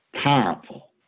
powerful